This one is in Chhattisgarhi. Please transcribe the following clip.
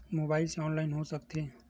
मोबाइल से ऑनलाइन हो सकत हे?